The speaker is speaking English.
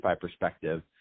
perspective